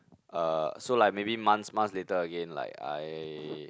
uh so like maybe months months later again like I